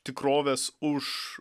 tikrovės už